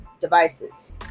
devices